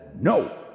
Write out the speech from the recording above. no